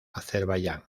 azerbaiyán